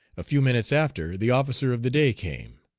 a few minutes after the officer of the day came.